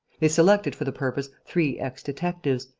they selected for the purpose three ex-detectives,